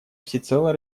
всецело